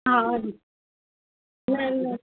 हा न न